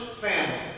family